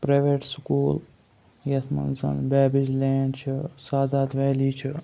private school یَتھ منٛز babies land چھُ سادات ویلی چھُ